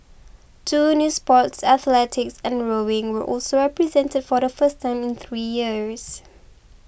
two new sports athletics and rowing were also represented for the first time in three years